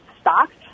stocks